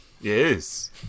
Yes